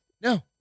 No